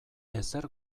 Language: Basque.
ezer